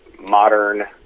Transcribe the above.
modern